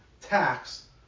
tax